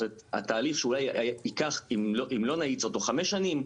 התהליך שאם לא נאיץ אותו אולי ייקח חמש שנים,